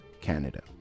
Canada